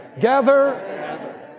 Gather